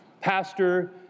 pastor